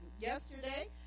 yesterday